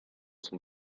son